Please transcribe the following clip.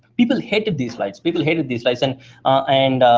people hated these lights. people hated these lights and and